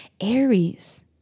Aries